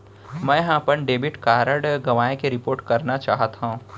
मै हा अपन डेबिट कार्ड गवाएं के रिपोर्ट करना चाहत हव